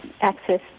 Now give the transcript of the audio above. access